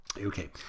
Okay